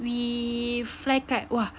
we fly kite !wah!